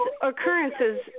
occurrences